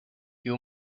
you